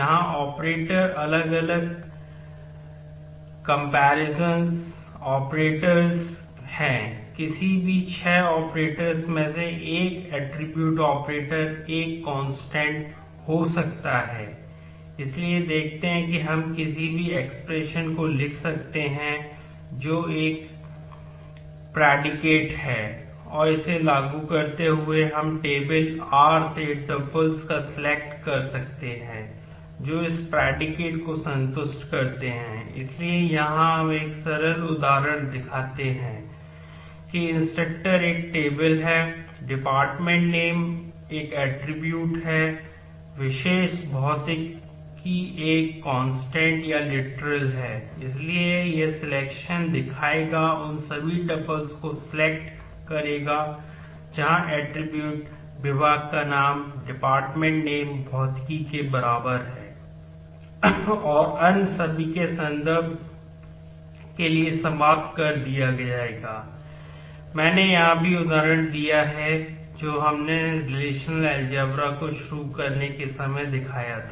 इसलिए यह देखते हुए कि हम किसी भी एक्सप्रेशन को शुरू करने के समय दिखाया था